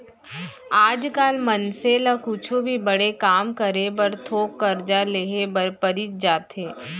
आज काल मनसे ल कुछु भी बड़े काम करे बर थोक करजा लेहे बर परीच जाथे